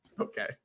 okay